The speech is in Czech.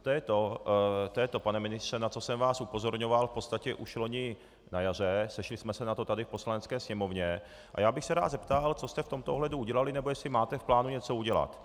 To je to, pane ministře, na co jsem vás upozorňoval v podstatě už loni na jaře, sešli jsme se na to tady v Poslanecké sněmovně, a já bych se rád zeptal, co jste v tomto ohledu udělali nebo jestli máte v plánu něco udělat.